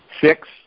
Six